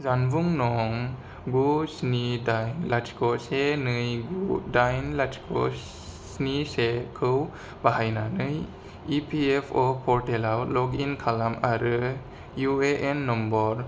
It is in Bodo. जानबुं नं गु स्नि दाइन लाथिख' से नै गु दाइन लाथिख' स्नि से खौ बाहायनानै इपिएफअ' पर्टेलाव लग इन खालाम आरो इउएएन नम्बर